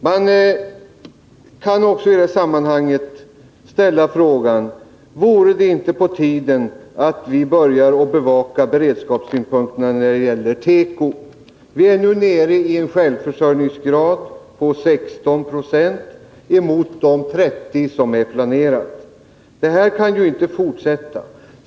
Man kan också i detta sammanhang ställa frågan: Vore det inte på tiden att vi började bevaka beredskapssynpunkterna när det gäller Teko? Vi är nu nere i en självförsörjningsgrad på 16 96, mot de 30 26 som är planerade. Detta kan inte fortsätta.